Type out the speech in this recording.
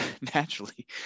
naturally